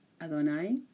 Adonai